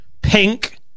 Pink